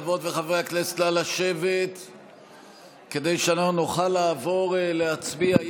חברות וחברי הכנסת נא לשבת כדי שנוכל לעבור להצביע.